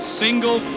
single